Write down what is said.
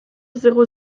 zéro